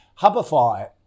Hubify